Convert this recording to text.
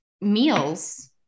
meals